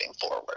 forward